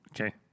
Okay